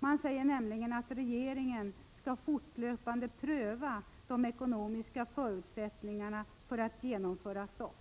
Man säger nämligen att regeringen fortlöpande skall pröva de ekonomiska förutsättningarna för att genomföra SOFT.